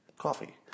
coffee